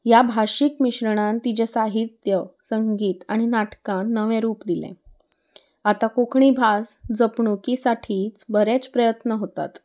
ह्या भाशीक मिश्रणान तिचें साहित्य संगीत आनी नाटकां नवें रूप दिलें आतां कोंकणी भास जपणुकी साठीच बरेच प्रयत्न होतात